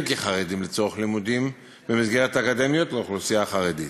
כחרדים לצורך לימודים במסגרות האקדמיות לאוכלוסייה החרדית.